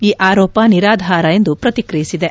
ಈ ಆರೋಪ ನಿರಾಧಾರ ಎಂದು ಪ್ರತಿಕ್ರಿಯಿಸಿದೆ